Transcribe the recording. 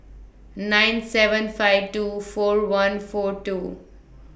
nine seven five two four one four two